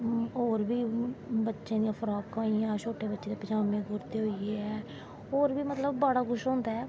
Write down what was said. होर बी बच्चें दियां फ्रकां होईयां शोटे सोटे बच्चें दे पज़ामें कुर्ते होईये होर बी मतलव बड़ा कुश होंदा ऐ